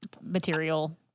material